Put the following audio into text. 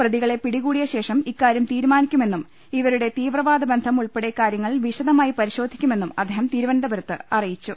പ്രതികളെ പിടി കൂടിയശേഷം ഇക്കാര്യം തീരുമാനിക്കുമെന്നും ഇവരുടെ തീവ്രവാ ദബന്ധം ഉൾപ്പെടെ കാര്യങ്ങൾ വിശദമായി പരിശോധിക്കുമെന്നും അദ്ദേഹം തിരുവനന്തപുരത്ത് അറിയിച്ചു